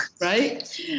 right